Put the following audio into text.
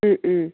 ꯎꯝ ꯎꯝ